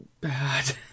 bad